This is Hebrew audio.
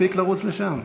תספיק לרוץ לשם?